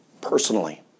personally